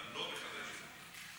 אבל לא בחדרי השירותים.